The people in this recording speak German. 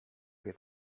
wir